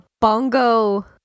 bongo